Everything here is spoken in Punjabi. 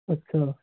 ਅੱਛਾ